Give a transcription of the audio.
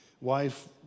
wife